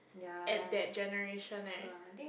at that generation leh